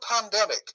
pandemic